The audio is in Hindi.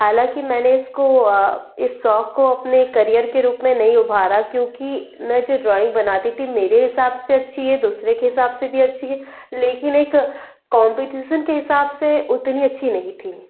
हालाँकि मैंने इसको इस शौक को अपने करियर के रूप में नहीं उभारा क्योंकि मैं जो ड्रॉइंग बनाती ती मेरे हिसाब से अच्छी है दूसरे के हिसाब से भी अच्छी है लेकिन एक कॉम्पिटीसन के हिसाब से उतनी अच्छी नहीं थी